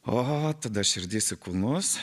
o tada širdis į kulnus